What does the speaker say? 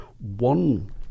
One